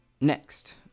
Next